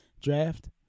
draft